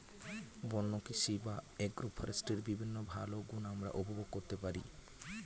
বন্য কৃষি বা অ্যাগ্রো ফরেস্ট্রির বিভিন্ন ভালো গুণ আমরা উপভোগ করতে পারি